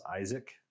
isaac